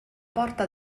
porta